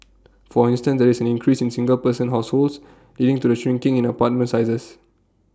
for instance there is increase in single person households leading to the shrinking in apartment sizes